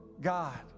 God